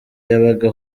yabaga